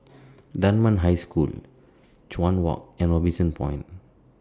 Dunman High School Chuan Walk and Robinson Point